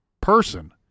person